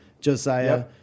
Josiah